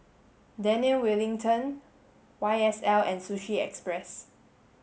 Daniel Wellington Y S L and Sushi Express